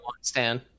stand